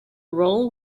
role